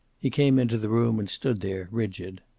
he came into the room, and stood there, rigid.